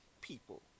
people